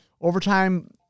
Overtime